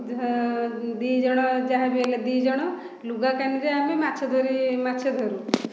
ଦୁଇ ଜଣ ଯାହାବି ହେଲେ ଦୁଇ ଜଣ ଲୁଗା କାନିରେ ଆମେ ମାଛ ଧରି ମାଛ ଧରୁ